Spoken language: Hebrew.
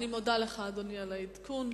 אני מודה לך, אדוני, על העדכון.